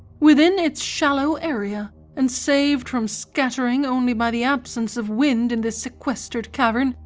within its shallow area, and saved from scattering only by the absence of wind in this sequestered cavern,